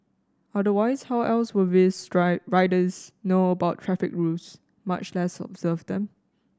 otherwise how else will these riders know about traffic rules much less observe them